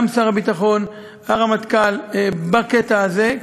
גם שר הביטחון וגם הרמטכ"ל בקטע הזה,